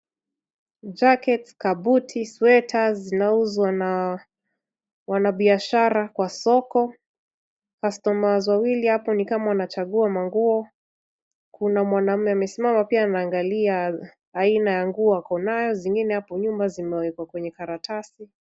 Jaket, kabuti, sweta, zinauzwa na wanabiashara kwa soko. Customers wawili hapo ni kama wanachagua manguo. Kuna mwanaume amesimama pia anaangalia aina ya nguo ako nayo, zingine hapo nyuma zimewekwa kwenye karatasi.